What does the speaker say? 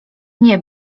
nie